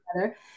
together